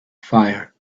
fire